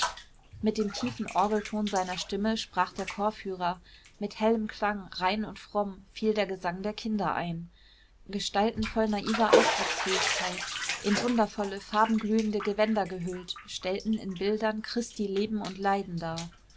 mit dem tiefen orgelton seiner stimme sprach der chorführer mit hellem klang rein und fromm fiel der gesang der kinder ein gestalten voll naiver ausdrucksfähigkeit in wundervolle farbenglühende gewänder gehüllt stellten in bildern christi leben und leiden dar